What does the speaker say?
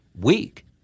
weak